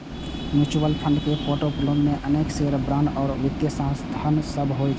mutual fund के portfolio मे अनेक शेयर, बांड आ आन वित्तीय साधन सभ होइ छै